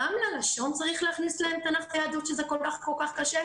גם ללשון צריך להכניס להם תנ"ך ויהדות שזה כל כך קשה?